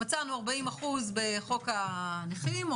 מצאנו 40% בחוק הנכים,